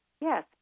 Yes